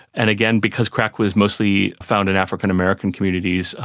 and again, because crack was mostly found in african american communities, ah